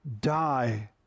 die